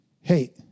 Hey